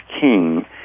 king